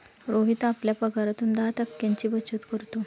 रोहित आपल्या पगारातून दहा टक्क्यांची बचत करतो